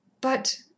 But